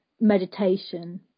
meditation